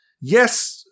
yes